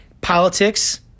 politics